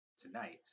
tonight